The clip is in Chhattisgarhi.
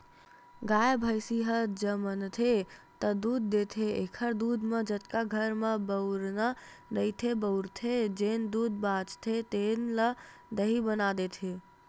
गाय, भइसी ह जमनथे त दूद देथे एखर दूद म जतका घर म बउरना रहिथे बउरथे, जेन दूद बाचथे तेन ल दही बना देथे